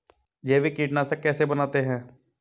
जैविक कीटनाशक कैसे बनाते हैं?